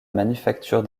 manufacture